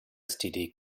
std